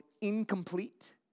incomplete